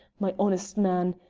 my honest man.